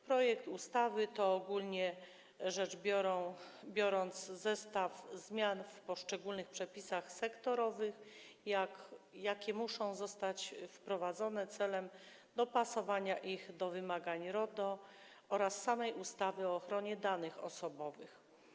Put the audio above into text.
Projekt ustawy to, ogólnie rzecz biorąc, zestaw zmian w poszczególnych przepisach sektorowych, jakie muszą zostać wprowadzone celem dopasowania ich do wymagań RODO oraz samej ustawy o ochronie danych osobowych.